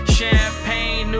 Champagne